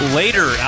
later